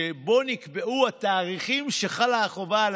שבו נקבעו התאריכים שחלה החובה על